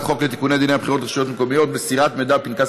חוק לתיקון דיני הבחירות לרשויות המקומיות (מסירת מידע מפנקס